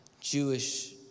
Jewish